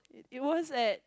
it it was at